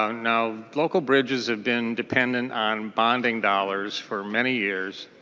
um now local bridges have been dependent on bonding dollars for many years